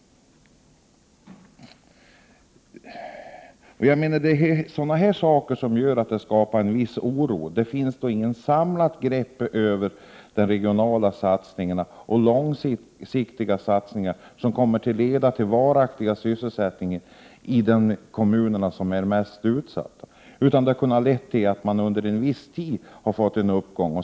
Det är sådant här som framkallar en viss oro. Det finns således inget samlat grepp om de regionala satsningar och även de långsiktiga satsningar som kan leda till en varaktig sysselsättning i de mest utsatta kommunerna. I stället har man gjort satsningar som under en viss tid har lett till en uppgång.